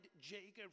Jacob